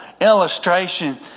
illustration